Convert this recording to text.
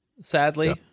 sadly